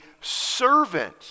servant